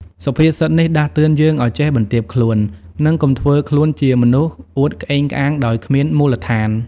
សុភាសិតនេះដាស់តឿនយើងឱ្យចេះបន្ទាបខ្លួន និងកុំធ្វើខ្លួនជាមនុស្សអួតក្អេងក្អាងដោយគ្មានមូលដ្ឋាន។